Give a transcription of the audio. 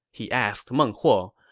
he asked meng huo,